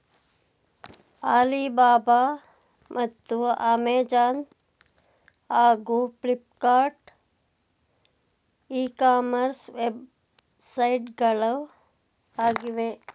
Alibaba ಮತ್ತು Amazon ಹಾಗೂ Flipkart e commerce ವೆಬ್ಸೈಟ್ಗಳು ಆಗಿವೆ